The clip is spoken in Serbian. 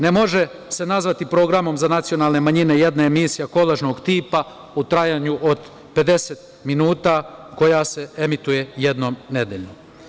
Ne može se nazvati programom za nacionalne manjine jedna emisija kolažnog tipa u trajanju od 50 minuta koja se emituje jednom nedeljno.